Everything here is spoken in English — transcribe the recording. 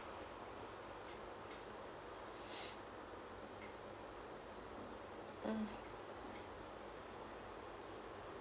mm